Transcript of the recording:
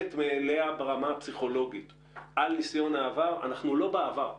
המובנת מאליה ברמה הפסיכולוגית על ניסיון העבר אנחנו לא בעבר.